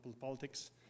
politics